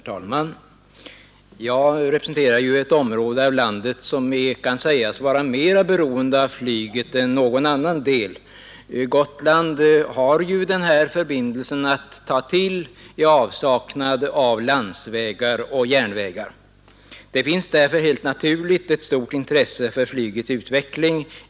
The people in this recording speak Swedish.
Herr talman! Jag representerar ett område av landet som kan sägas vara mera beroende av flyget än någon annan del. Gotland har ju den förbindelsen att lita till i avsaknad av landsvägar och järnvägar. Bland gotlänningarna finns därför helt naturligt ett stort intresse för flygets utveckling.